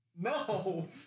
No